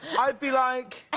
i'd be like,